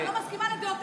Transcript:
אני לא מסכימה עם דעותיך,